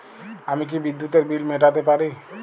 আমি কি বিদ্যুতের বিল মেটাতে পারি?